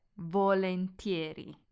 Volentieri